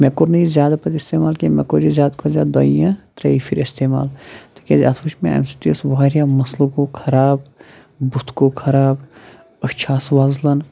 مےٚ کوٚر نہٕ یہِ زیادٕ پَتہٕ اِستعمال کیٚنٛہہ مےٚ کوٚر یہِ زیادٕ کھۄتہٕ زیادٕ دۄیہِ یا ترٛیٚیہِ پھِرِ اِستعمال تِکیٛازِ اَتھ وٕچھ مےٚ اَمہِ سۭتۍ ٲسۍ واریاہ مَسلہٕ گوٚو خراب بُتھ گوٚو خراب أچھ آسہٕ وۄزلان